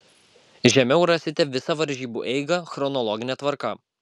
žemiau rasite visą varžybų eigą chronologine tvarka